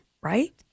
right